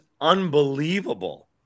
unbelievable